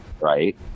right